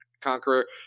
conqueror